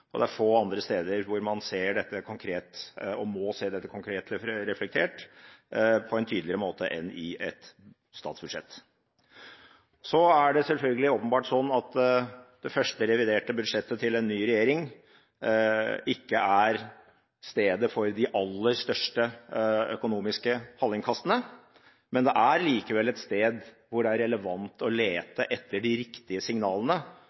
Det er få andre steder hvor man ser dette konkret, og må se dette konkret reflektert, på en tydeligere måte enn i et statsbudsjett. Så er det åpenbart slik at det første reviderte budsjettet til en ny regjering ikke er stedet for de aller største økonomiske hallingkastene. Det er likevel et sted hvor det er relevant å lete etter de riktige signalene